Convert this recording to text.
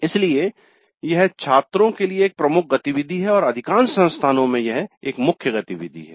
इसलिए यह छात्रों के लिए एक प्रमुख गतिविधि है और अधिकांश संस्थानों में यह एक मुख्य गतिविधि है